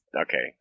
okay